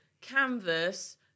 canvas